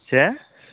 ᱪᱮ